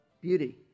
beauty